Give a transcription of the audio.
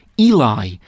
Eli